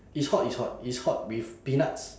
it's hot it's hot it's hot with peanuts